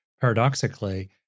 paradoxically